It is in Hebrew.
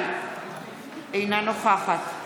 הקדמת שחרור, זה חשוב מאוד, אלעזר,